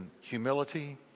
humility